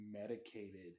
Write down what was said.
medicated